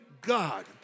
God